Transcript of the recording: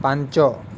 ପାଞ୍ଚ